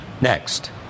next